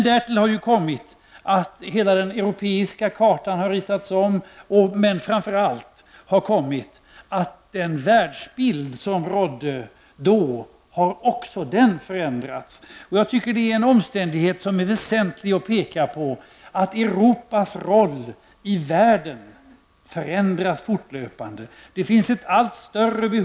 Därtill har kommit att hela den europeiska kartan har ritats om och, framför allt, att den världsbild som rådde då också har förändrats. Enligt min mening är detta, att Europas roll i världen fortlöpande förändras, en omständighet som det är väsentligt att peka på.